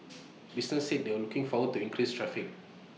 businesses said they were looking forward to increased traffic